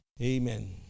Amen